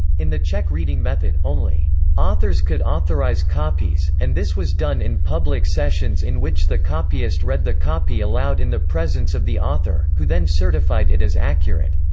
in the check reading method, only authors could authorize copies, and this was done in public sessions in which the copyist read the copy aloud in the presence of the author, who then certified it as accurate.